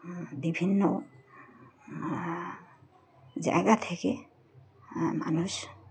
বিভিন্ন জায়গা থেকে মানুষ